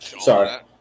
Sorry